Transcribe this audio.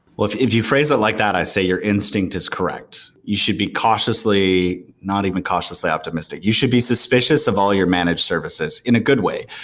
if if you phrase it like that, i say your instinct is correct. you should be cautiously not even cautiously optimistic. you should be suspicious of all your managed services in a good way,